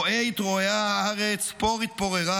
רֹעה התרֹעעה הארץ, פור התפוררה